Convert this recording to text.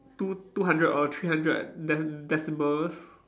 two two hundred or three hundred de~ decibels